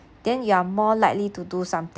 then you are more likely to do